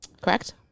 Correct